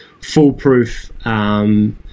foolproof